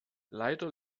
leider